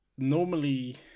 Normally